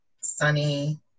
sunny